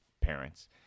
parents